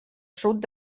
sud